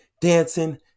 dancing